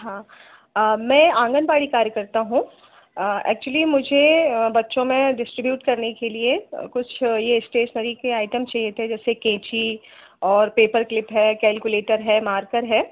हाँ मैं आंगनवाड़ी कार्यकर्ता हूँ एक्चुअली मुझे बच्चों में डिस्ट्रीब्यूट करने के लिए कुछ यह स्टेसनरी के आइटम्स चाहिए थे जैसे कैंची और पेपर क्लिप है कैलकुलेटर है मार्कर है